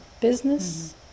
business